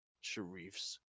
Sharif's